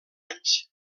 anys